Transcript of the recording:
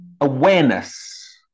awareness